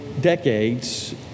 decades